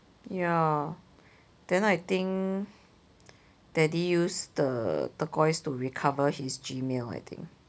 ya then I think daddy use the turquoise to recover his Gmail I think